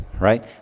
right